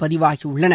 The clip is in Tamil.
பதிவாகியுள்ளன